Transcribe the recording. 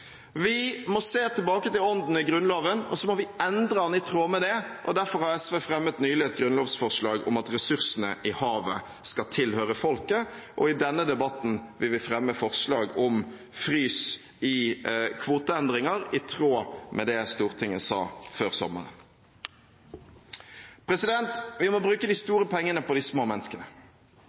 Vi må se tilbake til ånden i Grunnloven, og så må vi endre den i tråd med det. Derfor har SV nylig fremmet et grunnlovsforslag om at ressursene i havet skal tilhøre folket, og i denne debatten vil vi fremme forslag om frys i kvoteendringer, i tråd med det Stortinget sa før sommeren. Vi må bruke de store pengene på de små menneskene